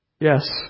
Yes